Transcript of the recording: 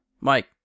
Mike